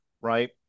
right